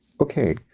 Okay